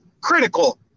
critical